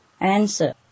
answer